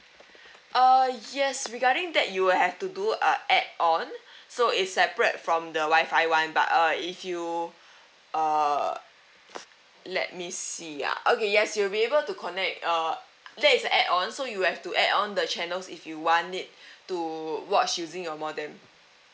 uh yes regarding that you will have to do a add on so it's separate from the wifi [one] but uh if you uh let me see ah okay yes you'll be able to connect uh that is a add on so you have to add on the channels if you want it to watch using your modem